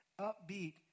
upbeat